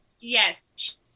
Yes